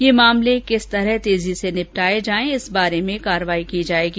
ये मामले किस प्रकार तेजी से निपटाये जाएं इस बारे में कार्यवाही की जाएगी